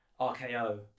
RKO